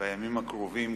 בימים הקרובים,